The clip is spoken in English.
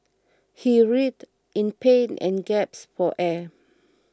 he writhed in pain and gasped for air